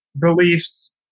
beliefs